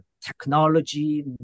technology